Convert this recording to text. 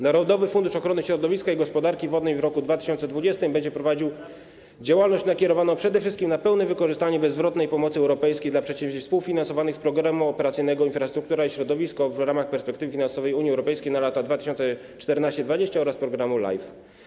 Narodowy Fundusz Ochrony Środowiska i Gospodarki Wodnej w roku 2020 będzie prowadził działalność nakierowaną przede wszystkim na pełne wykorzystanie bezzwrotnej pomocy europejskiej na przedsięwzięcia współfinasowane z Programu Operacyjnego „Infrastruktura i środowisko” w ramach perspektywy finansowej Unii Europejskiej na lata 2014–2010 oraz Programu LIFE.